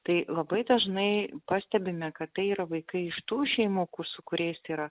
tai labai dažnai pastebime kad tai yra vaikai iš tų šeimų kur su kuriais yra